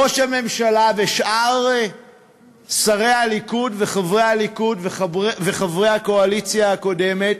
ראש הממשלה ושאר שרי הליכוד וחברי הליכוד וחברי הקואליציה הקודמת